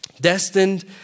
destined